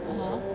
(uh huh)